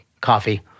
coffee